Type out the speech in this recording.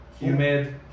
humid